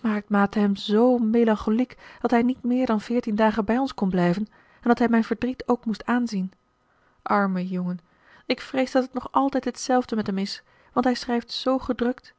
maar het maakte hem zoo melancholiek dat hij niet meer dan veertien dagen bij ons kon blijven en dat hij mijn verdriet ook moest aanzien arme jongen ik vrees dat het nog altijd hetzelfde met hem is want hij schrijft zoo gedrukt